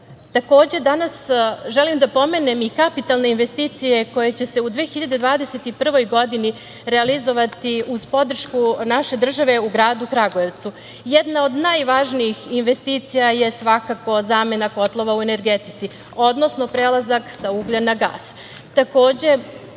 Takođe, želim da pomenem i kapitalne investicije koje će se u 2021. godini realizovati uz podršku naše države u gradu Kragujevcu. Jedna od najvažnijih investicija je svakako zamena kotlova u energetici, odnosno prelazak sa uglja na